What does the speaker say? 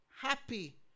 Happy